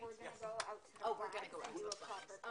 זה לא הקטע החזק שלי,